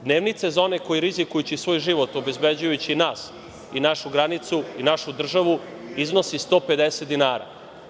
Dnevnica za one koji rizikujući svoj život obezbeđujući nas i našu granicu i našu državu iznosi 150 dinara.